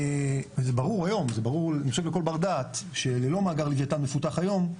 זה ברור היום לכל בר דעת שללא מאגר לוויתן מפותח היום,